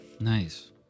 Nice